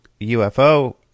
UFO